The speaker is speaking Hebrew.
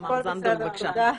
תמר זנדברג,